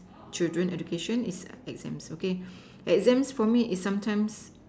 children education is exams okay exams for me is sometimes